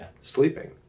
sleeping